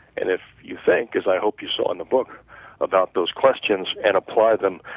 and if you think as i hope you saw on the book about those questions and apply them,